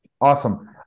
Awesome